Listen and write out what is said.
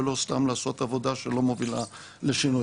ולא סתם לעשות עבודה שלא מובילה לשינוי.